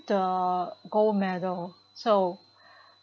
the gold medal so